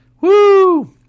Woo